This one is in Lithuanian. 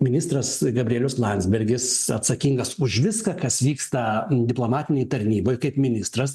ministras gabrielius landsbergis atsakingas už viską kas vyksta diplomatinėj tarnyboj kaip ministras